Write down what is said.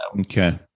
Okay